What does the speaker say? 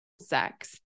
sex